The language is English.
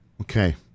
Okay